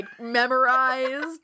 memorized